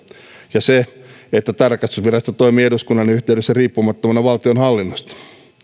ja se että tarkastusvirasto toimii eduskunnan yhteydessä riippumattomana valtionhallinnosta